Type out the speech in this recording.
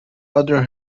other